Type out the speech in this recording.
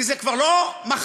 כי זה כבר לא מחר,